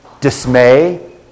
dismay